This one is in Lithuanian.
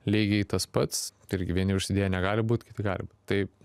lygiai tas pats tai irgi vieni užsidėję negali būt kiti gali tai